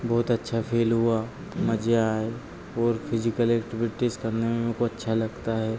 बहुत अच्छा फ़ील हुआ मज़ा आए और फिजिकल ऐक्टिविटीस करने में मेको अच्छा लगता है